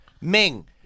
Ming